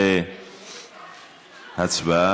תודה ליו"ר הוועדה,